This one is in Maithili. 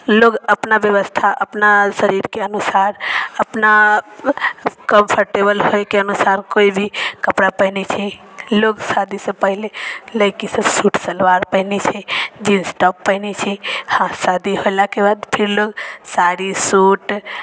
लोक अपना व्यवस्था अपना शरीरके अनुसार अपना कम्फर्टेबल होइके अनुसार कोइ भी कपड़ा पहिनै छै लोक शादीसँ पहिले लइकीसब सूट सलवार पहिनै छै जीन्स टॉप पहिनै छै आओर शादी होलाके बाद फेर लोक साड़ी सूट